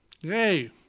yay